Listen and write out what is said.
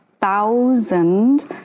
thousand